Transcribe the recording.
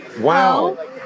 wow